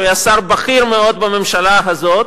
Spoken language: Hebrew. שהוא היה שר בכיר מאוד בממשלה הזאת,